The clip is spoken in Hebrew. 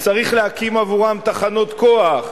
וצריך להקים עבורם תחנות כוח,